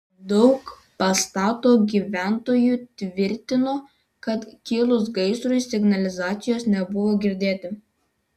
daug pastato gyventojų tvirtino kad kilus gaisrui signalizacijos nebuvo girdėti